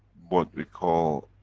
what we call,